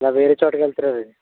ఇలా వేరే చోటకి వెళుతున్నానని